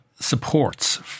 supports